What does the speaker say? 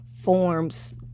forms